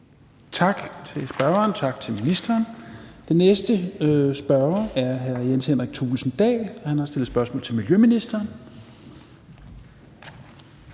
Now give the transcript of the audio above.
Tak til spørgeren og til ministeren. Den næste spørger er hr. Jens Henrik Thulesen Dahl, og han har stillet spørgsmål til miljøministeren.